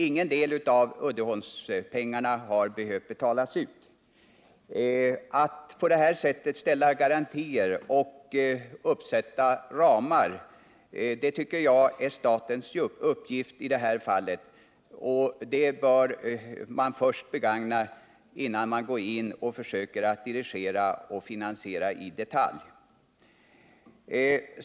Ingen del av Uddeholmspengarna har behövt betalas ut. Att på detta sätt ställa garantier och bestämma ramar har enligt min mening varit statens uppgift i detta fall. Man bör begagna den metoden innan man går in och försöker dirigera och finansiera i detalj.